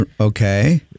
Okay